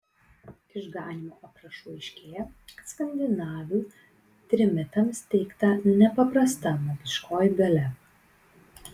iš ganymo aprašų aiškėja kad skandinavių trimitams teikta nepaprasta magiškoji galia